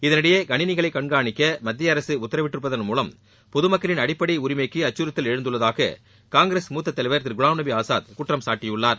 இதனிடையே கணினிகளை கண்காணிக்க மத்திய அரசு உத்தரவிட்டிருப்பதன் மூலம் பொதுமக்களின் அடிப்படை உரிமைக்கு அச்சுறுத்தல் எழுந்துள்ளதாக காங்கிரஸ் மூத்த தலைவர் திரு குலாம் நபி ஆசாத் குற்றம் சாட்டியுள்ளார்